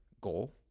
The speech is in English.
goal